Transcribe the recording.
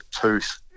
tooth